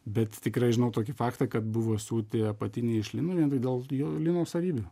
bet tikrai žinau tokį faktą kad buvo siūti apatiniai iš lino vien tik dėl jo lino savybių